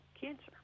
cancer